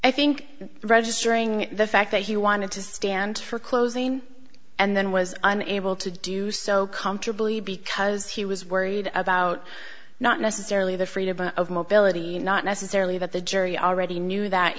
i think registering the fact that he wanted to stand for closing and then was unable to do so comfortably because he was worried about not necessarily the freedom of mobility not necessarily about the jury already knew that